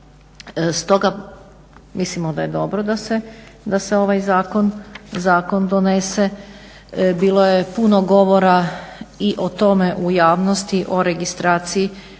Stoga mislimo da je dobro da se ovaj zakon donese. Bilo je puno govora i o tome u javnosti o registraciji